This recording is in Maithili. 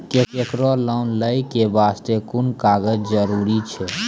केकरो लोन लै के बास्ते कुन कागज जरूरी छै?